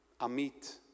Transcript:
Amit